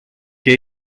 και